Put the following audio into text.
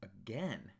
again